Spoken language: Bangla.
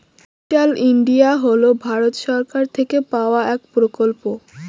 ডিজিটাল ইন্ডিয়া হল ভারত সরকার থেকে পাওয়া এক প্রকল্প